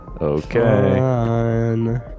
okay